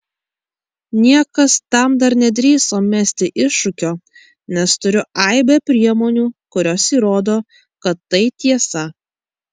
niekas tam dar nedrįso mesti iššūkio nes turiu aibę priemonių kurios įrodo kad tai tiesa